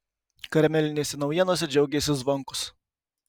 karamelinėse naujienose džiaugėsi zvonkus